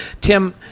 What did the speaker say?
Tim